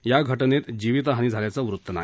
या घटनेत जीवित हानी झाल्यांचं वृत्तं नाही